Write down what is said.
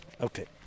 Okay